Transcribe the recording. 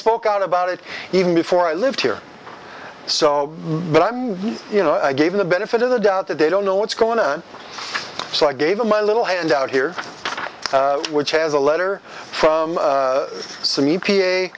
spoke out about it even before i lived here so but i'm you know i gave him the benefit of the doubt that they don't know what's going on so i gave them a little handout here which has a letter from some e